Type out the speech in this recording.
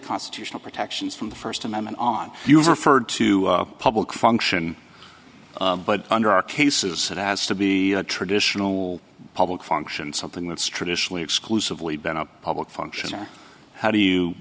constitutional protections from the first amendment on you referred to public function but under our cases it has to be a traditional public function something that's traditionally exclusively been a public function or how do you